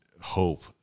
hope